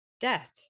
death